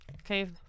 Okay